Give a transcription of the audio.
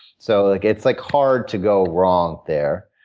so, like it's like hard to go wrong there.